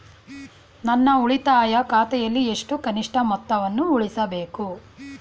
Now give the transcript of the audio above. ನನ್ನ ಉಳಿತಾಯ ಖಾತೆಯಲ್ಲಿ ಎಷ್ಟು ಕನಿಷ್ಠ ಮೊತ್ತವನ್ನು ಉಳಿಸಬೇಕು?